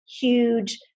huge